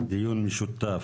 דיון משותף